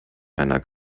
einer